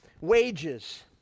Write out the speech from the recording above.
wages